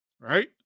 right